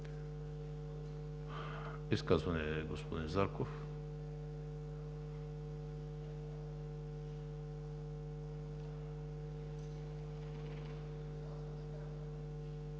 Изказване – господин Зарков.